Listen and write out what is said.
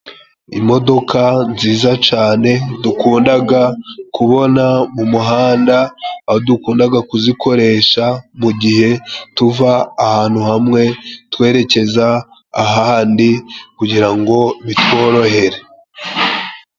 Imodoka nziza cane dukundaga kubona mu umuhanda, aho dukundaga kuzikoresha mu igihe tuva ahantu hamwe twerekeza ahandi, kugirango bitworohere.